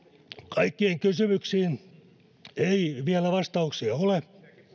kaikkiin kysymyksiin ei vielä vastauksia ole